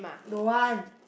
don't want